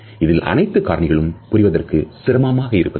இதில் அனைத்து காரணிகளும் புரிவதற்கு சிரமமாக இருப்பதில்லை